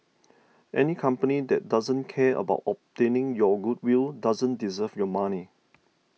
any company that doesn't care about obtaining your goodwill doesn't deserve your money